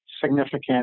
significant